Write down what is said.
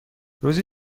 روزی